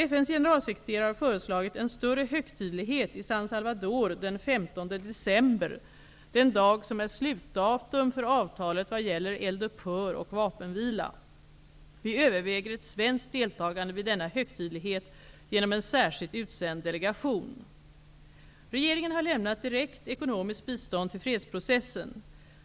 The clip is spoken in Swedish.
FN:s generalsekreterare har föreslagit en större högtidlighet i San Salvador den 15 december, den dag som är slutdatum för avtalet vad gäller eldupphör och vapenvila. Vi överväger ett svenskt deltagande vid denna högtidlighet genom en särskilt utsänd delegation. Regeringen har lämnat direkt ekonomiskt bistånd till fredsprocessen.